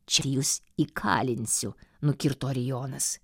čia jus įkalinsiu nukirto orijonas